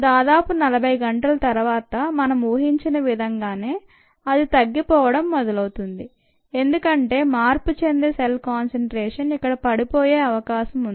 దాదాపు 40 గంటల తర్వాత మనం ఊహించిన విధంగానే అది తగ్గిపోవడం మొదలవుతుంది ఎందుకంటే మార్పు చెందే సెల్ కాన్సంట్రేషన్ ఇక్కడ పడిపోయే అవకాశం ఉంది